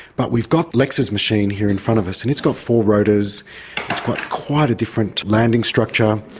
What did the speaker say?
but we've got lex's machine here in front of us and it's got four rotors, it's got quite a different landing structure.